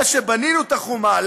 מאז בניית החומה,